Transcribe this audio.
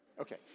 Okay